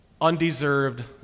undeserved